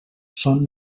són